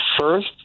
first